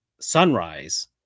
sunrise